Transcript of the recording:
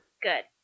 Good